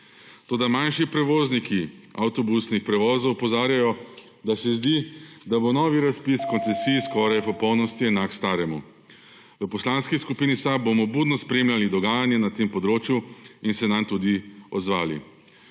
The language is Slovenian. Toda manjši prevozniki avtobusnih prevozov opozarjajo, da se zdi, da bo novi razpis koncesij skoraj v popolnosti enak staremu. V Poslanski skupini SAB bomo budno spremljali dogajanje na tem področju in se nanj tudi odzvali.